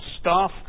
staff